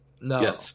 No